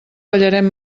ballarem